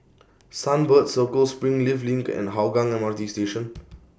Sunbird Circle Springleaf LINK and Hougang M R T Station